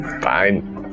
fine